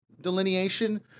delineation